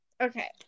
Okay